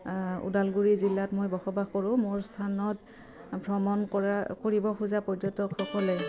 ওদালগুৰি জিলাত মই বসবাস কৰোঁ মোৰ স্থানত ভ্ৰমণ কৰা কৰিব খোজা পৰ্যটক সকলে